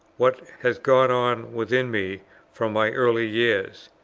what has gone on within me from my early years.